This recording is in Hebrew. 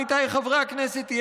עמיתיי חברי הכנסת,